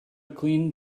clean